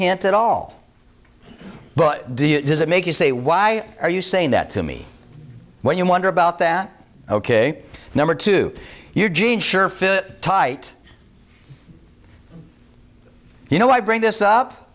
hint at all but does it make you say why are you saying that to me when you wonder about that ok number two eugene sure fit tight you know i bring this up